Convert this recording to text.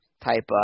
type